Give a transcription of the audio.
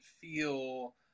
feel